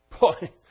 Boy